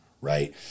Right